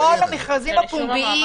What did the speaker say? או למכרזים הפומביים.